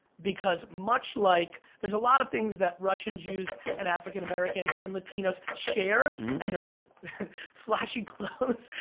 because much like, there's a lot of things that russian jews and african americans and latinos share and there's flashy clothes,